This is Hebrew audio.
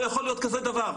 לא יכול להיות כזה דבר,